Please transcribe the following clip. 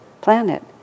planet